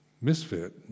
misfit